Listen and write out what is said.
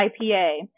ipa